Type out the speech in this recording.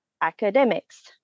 academics